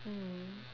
mm